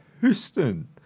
Houston